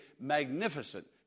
magnificent